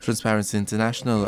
transparency international